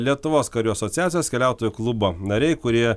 lietuvos karių asociacijos keliautojų klubo nariai kurie